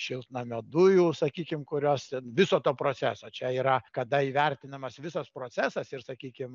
šiltnamio dujų sakykim kurios viso to proceso čia yra kada įvertinamas visas procesas ir sakykim